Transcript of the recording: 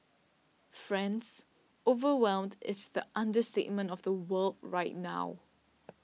friends overwhelmed is the understatement of the world right now